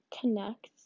connect